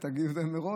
אז תגידו את זה מראש,